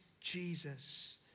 Jesus